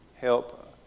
help